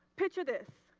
picture, this,